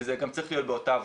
וזה גם צריך להיות באותה הבלטה.